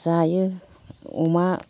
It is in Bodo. जायो अमा